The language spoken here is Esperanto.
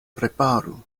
preparu